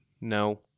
No